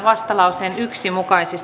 vastalauseen yksi mukaiset